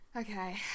Okay